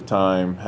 time